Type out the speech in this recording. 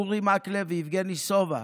אורי מקלב ויבגני סובה,